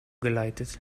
geleitet